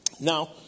Now